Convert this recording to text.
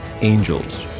angels